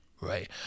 right